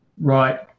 Right